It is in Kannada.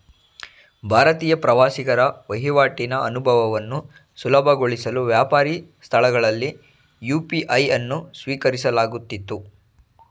ಭಾರತೀಯ ಪ್ರವಾಸಿಗರ ವಹಿವಾಟಿನ ಅನುಭವವನ್ನು ಸುಲಭಗೊಳಿಸಲು ವ್ಯಾಪಾರಿ ಸ್ಥಳಗಳಲ್ಲಿ ಯು.ಪಿ.ಐ ಅನ್ನು ಸ್ವೀಕರಿಸಲಾಗುತ್ತಿತ್ತು